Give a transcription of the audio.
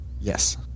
Yes